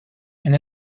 and